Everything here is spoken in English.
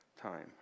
time